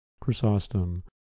Chrysostom